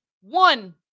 One